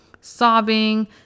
sobbing